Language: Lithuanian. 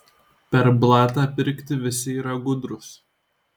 per blatą pirkti visi yra gudrūs